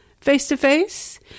face-to-face